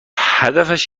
هدفش